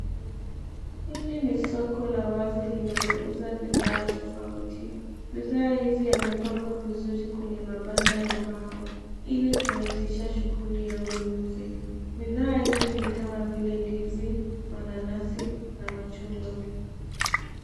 Hili ni soko la wazi linalouza bidhaa tofauti. Bidhaa hizi yamepangwa vizuri kwenye mabanda ya mbao ili kurahisisha shughuli ya ununuzi. Bidhaa hizi ni kama vile ndizi, mananasi machungwa.